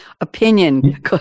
opinion